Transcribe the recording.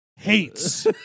Hates